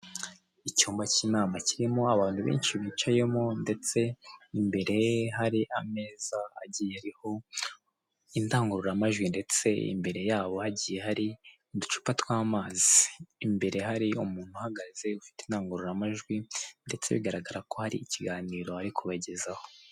Icyumba cy'inama kirimo abantu benshi bicayemo ndetse imbere hari ameza agiye ariho indangururamajwi ndetse imbere yabo hagiye hari uducupa tw'amazi, imbere hari umuntu uhagaze ufite indangurumajwi ndetse bigaragara ko hari ikiganiro ari kubagezaho.